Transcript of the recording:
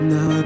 Now